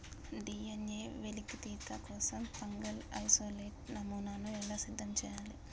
DNA వెలికితీత కోసం fungal isolate నమూనాను ఎలా సిద్ధం చెయ్యాలి?